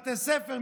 בתי ספר,